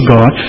God